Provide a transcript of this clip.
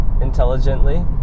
intelligently